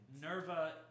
Nerva